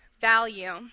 value